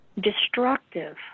destructive